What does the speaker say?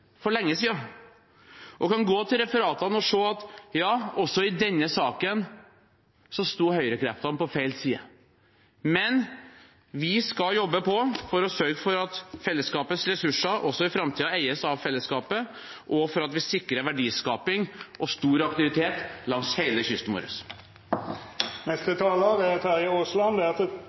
for lenge siden, og kan gå til referatene og se at ja, også i denne saken sto høyrekreftene på feil side. Vi skal jobbe på for å sørge for at fellesskapets ressurser også i framtiden eies av fellesskapet, og for at vi sikrer verdiskaping og stor aktivitet langs hele kysten vår. Representanten Terje Aasland